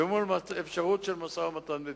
ומול אפשרות של משא-ומתן מדיני.